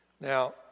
Now